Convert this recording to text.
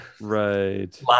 right